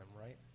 right